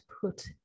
put